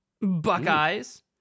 Buckeyes